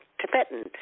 Tibetan